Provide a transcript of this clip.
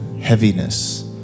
heaviness